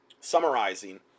summarizing